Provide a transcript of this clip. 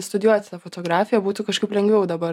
studijuoti tą fotografiją būtų kažkaip lengviau dabar